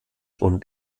und